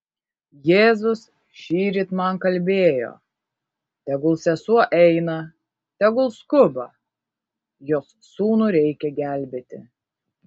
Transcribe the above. jėzus šįryt man kalbėjo tegul sesuo eina tegul skuba jos sūnų reikia gelbėti